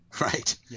right